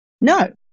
no